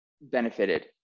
benefited